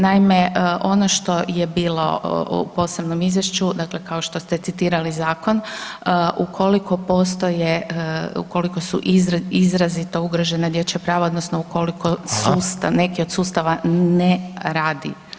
Naime, ono što je bilo u posebnom izvješću dakle kao što ste citirali zakon, ukoliko postoje ukoliko su izrazito ugrožena dječja prava odnosno ukoliko neki od sustava [[Upadica Reiner: Hvala.]] ne radi.